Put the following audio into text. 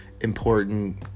important